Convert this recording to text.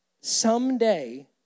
Someday